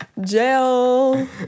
Jail